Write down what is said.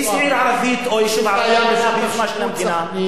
איזו עיר ערבית או יישוב ערבי נבנו ביוזמה של המדינה?